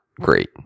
great